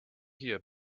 hier